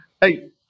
Hey